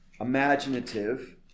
imaginative